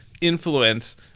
influence